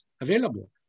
available